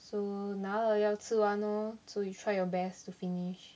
so 拿了要吃完哦 so you try your best to finish